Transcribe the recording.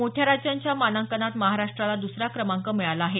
मोठ्या राज्यांच्या मानांकनात महाराष्ट्राला द्सरा क्रमांक मिळाला आहे